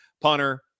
punter